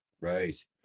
right